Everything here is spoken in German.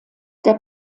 der